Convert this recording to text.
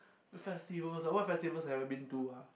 festivals ah what festivals have I been to ah